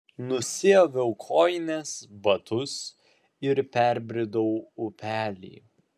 nusiaviau kojines batus ir perbridau upelį